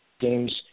games